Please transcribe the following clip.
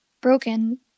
broken